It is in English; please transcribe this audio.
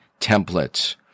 templates